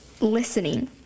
listening